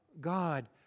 God